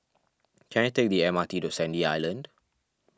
can I take the M R T to Sandy Island